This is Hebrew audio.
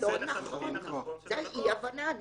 לא נכון, זה אי הבנה.